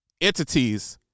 entities